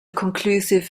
conclusive